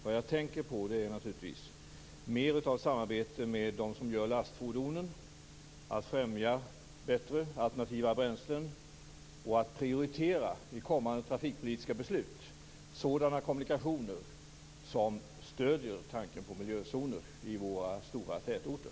Vad jag tänker på är naturligtvis att ha mer samarbete med dem som gör lastfordonen, att främja bättre alternativa bränslen och att prioritera i kommande trafikpolitiska beslut sådana kommunikationer som stöder tanken på miljözoner i våra stora tätorter.